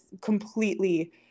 completely